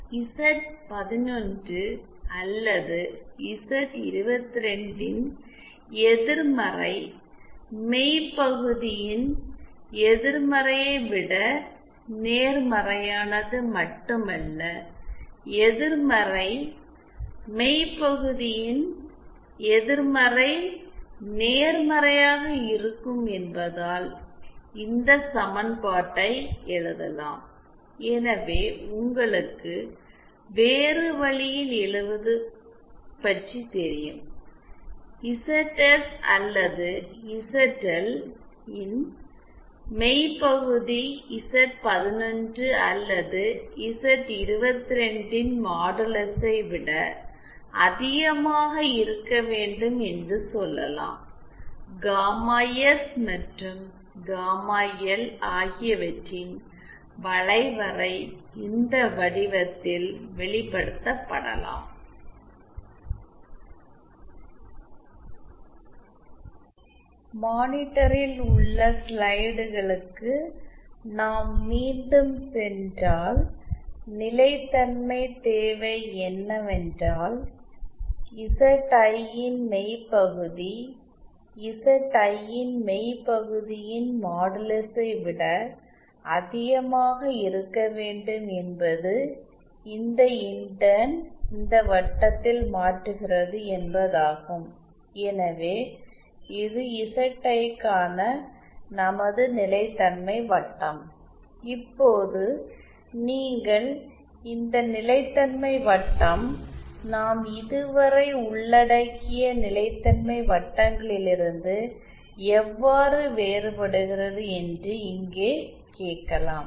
Z11 அல்லது Z இன் எதிர்மறை மெய் பகுதியின் எதிர்மறையை விட நேர்மறையானது மட்டுமல்ல எதிர்மறை மெய் பகுதியின் எதிர்மறை நேர்மறையாக இருக்கும் என்பதால் இந்த சமன்பாட்டை எழுதலாம் எனவே உங்களுக்கு வேறு வழியில் எழுதுவது பற்றி தெரியும் இசட்எஸ் அல்லதுஇசட்எல் இன் மெய் பகுதி இசட்11 அல்லது இசட்22 இன் மாடுலஸை விட அதிகமாக இருக்க வேண்டும் என்று சொல்லலாம் காமா எஸ் மற்றும் காமா எல் ஆகியவற்றின் வளைவரை இந்த வடிவத்தில் வெளிப்படுத்தப்படலாம் மானிட்டரில் உள்ள ஸ்லைடுகளுக்கு நாம் மீண்டும் சென்றால் நிலைத்தன்மை தேவை என்னவென்றால் இசட்ஐ ன் மெய் பகுதி இசட்ஐ ன் மெய் பகுதியின் மாடுலஸை விட அதிகமாக இருக்க வேண்டும் என்பது இந்த இன்டர்ன் இந்த வட்டத்தில் மாற்றுகிறது என்பதாகும் எனவே இது இசட்ஐ க்கான நமது நிலைத்தன்மை வட்டம் இப்போது நீங்கள் இந்த நிலைத்தன்மை வட்டம் நாம் இதுவரை உள்ளடக்கிய நிலைத்தன்மை வட்டங்களிலிருந்து எவ்வாறு வேறுபடுகிறது என்று இங்கே கேட்கலாம்